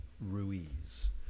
Ruiz